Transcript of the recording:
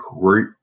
great